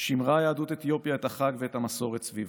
שימרה יהדות אתיופיה את החג ואת המסורת סביבו.